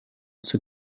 zur